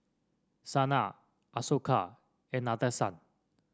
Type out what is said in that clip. Sanal Ashoka and Nadesan